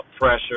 pressure